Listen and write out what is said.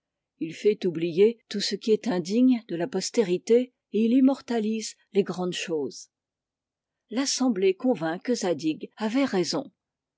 il fait oublier tout ce qui est indigne de la postérité et il immortalise les grandes choses l'assemblée convint que zadig avait raison